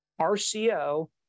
RCO